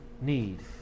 need